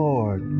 Lord